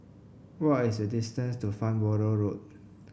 what are is the distance to Farnborough Road